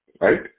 right